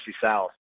South